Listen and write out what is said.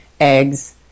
eggs